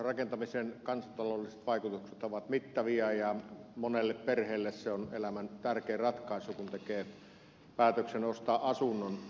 rakentamisen kansantaloudelliset vaikutukset ovat mittavia ja monelle perheelle se on elämän tärkein ratkaisu kun tekee päätöksen ostaa asunnon